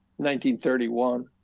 1931